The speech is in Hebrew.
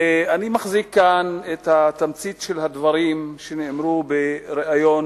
אני מחזיק כאן את תמצית הדברים שנאמרו בריאיון